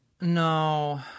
No